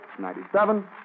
97